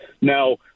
Now